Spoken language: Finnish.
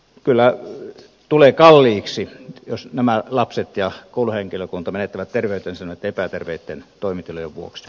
kyllä tulee kalliiksi jos nämä lapset ja kouluhenkilökunta menettävät terveytensä noitten epäterveitten toimitilojen vuoksi